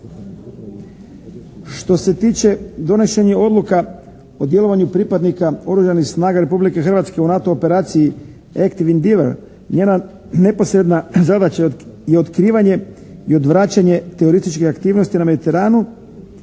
Što se tiče donošenja odluka o djelovanju pripadnika Oružanih snaga Republike Hrvatske u NATO operaciji "Active endeavour" njena neposredna zadaća i otkrivanje i odvraćanje terorističkih aktivnosti na Mediteranu